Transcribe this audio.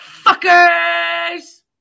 Fuckers